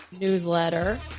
newsletter